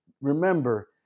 remember